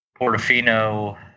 Portofino